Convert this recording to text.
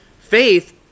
faith